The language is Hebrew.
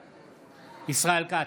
בעד ישראל כץ,